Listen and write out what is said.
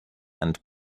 and